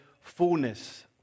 fullness